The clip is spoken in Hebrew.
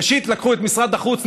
ראשית לקחו את משרד החוץ,